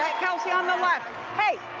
down the left hey,